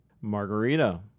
Margarita